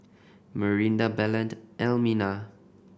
Marinda Belen and Elmina